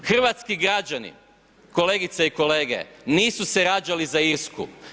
Hrvatski građani, kolegice i kolege, nisu se rađali za Irsku.